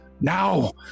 Now